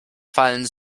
fallen